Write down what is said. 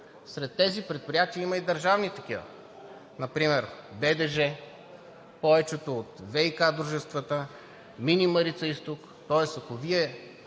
сред тези предприятия има и държавни такива – например БДЖ, повечето от ВиК дружествата, „Мини Марица изток“, тоест, ако Вие